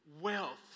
wealth